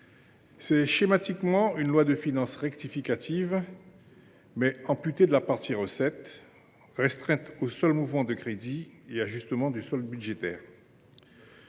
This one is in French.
Schématiquement, c’est une loi de finances rectificative, mais amputée de la partie sur les recettes et restreinte aux seuls mouvements de crédits et ajustements du solde budgétaire.